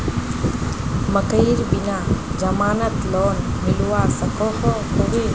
मकईर बिना जमानत लोन मिलवा सकोहो होबे?